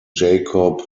jacob